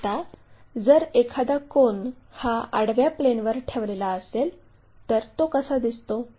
आता जर एखादा कोन हा आडव्या प्लेनवर ठेवलेला असेल तर तो कसा दिसतो